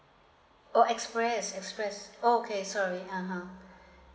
orh express express orh okay sorry (uh huh)